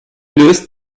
löst